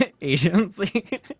agency